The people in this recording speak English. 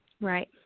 Right